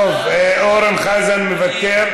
אורן חזן מוותר.